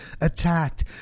attacked